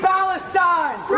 Palestine